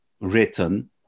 written